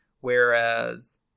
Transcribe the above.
Whereas